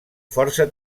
força